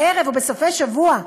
בערב או בסופי שבוע,